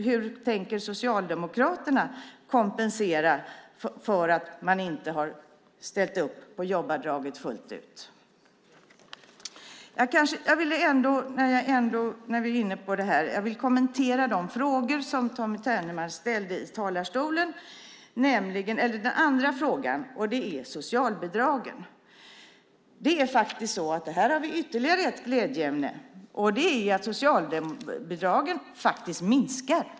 Hur tänker Socialdemokraterna kompensera för att man inte har ställt upp på jobbavdraget fullt ut? När vi är inne på det här vill jag kommentera den andra frågan som Tommy Ternemar ställde i talarstolen, och det gäller socialbidragen. Här har vi ytterligare ett glädjeämne, och det är att socialbidragen minskar.